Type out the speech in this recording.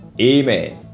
Amen